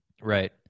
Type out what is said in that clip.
Right